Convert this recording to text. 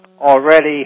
already